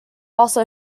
also